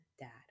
dad